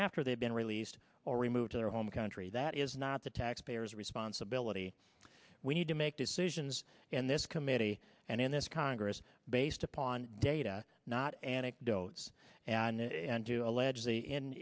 after they've been released or removed to their home country that is not the taxpayer's responsibility we need to make decisions in this committee and in this congress based upon data not anecdotes and do allegedly